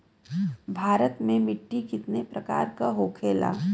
भारत में मिट्टी कितने प्रकार का होखे ला?